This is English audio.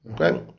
Okay